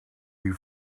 you